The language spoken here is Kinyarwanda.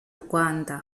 rwanda